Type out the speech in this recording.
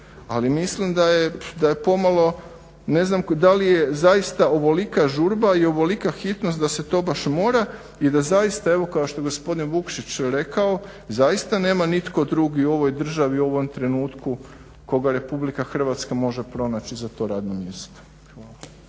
ali mislim da je pomalo, ne znam da li je zaista ovolika žurba i ovolika hitnost da se to baš mora i da zaista evo kao što je gospodin Vukšić rekao zaista nema nitko drugi u ovoj državi u ovom trenutku koga RH može pronaći za to radno mjesto.